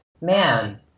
man